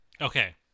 Okay